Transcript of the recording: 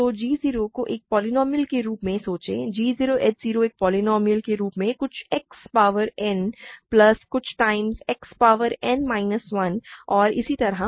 तो g 0 को एक पोलीनोमिअल के रूप में सोचें g 0 h 0 एक पोलीनोमिअल के रूप में कुछ X पावर N प्लस कुछ times X power N minus 1 और इसी तरह